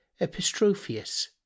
Epistrophius